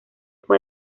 fue